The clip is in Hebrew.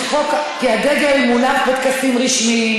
כי הדגל מונף בטקסים רשמיים,